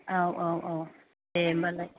औ औ औ दे होम्बालाय